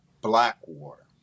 Blackwater